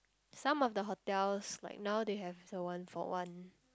some of the hotels like now they have the one for one